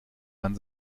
man